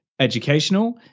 educational